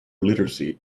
literacy